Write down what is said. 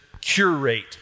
curate